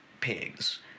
pigs